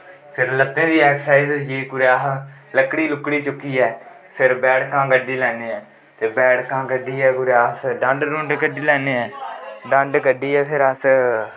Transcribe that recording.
फिर लत्तें दि ऐक्सर्साईज़ होई कुदै अस लक्कड़ी लुकड़ी चुकियै फिर बैठकां कड्डी लैन्ने आं ते बैठकां कड्डिया अस कुदै डंड डुंड कड्डी लैन्ने आं डंड कड्ढियै फ्ही अस